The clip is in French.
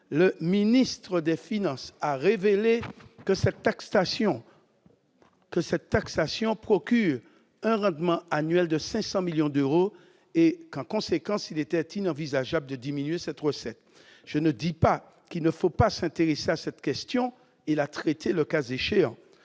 le ministre des finances a révélé que cette taxation procurait un rendement annuel de 500 millions d'euros et que, en conséquence, il était inenvisageable de diminuer cette recette. Je ne dis pas qu'il ne faut pas s'intéresser à cette question et, le cas échéant,